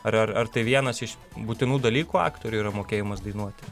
ar ar ar tai vienas iš būtinų dalykų aktoriui yra mokėjimas dainuoti